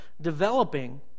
developing